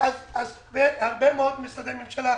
הרבה מאוד משרדי ממשלה,